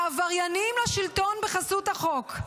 העבריינים לשלטון בחסות החוק.